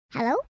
Hello